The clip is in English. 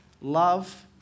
Love